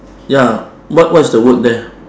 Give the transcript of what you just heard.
ya what what is the word there